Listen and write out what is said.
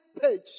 page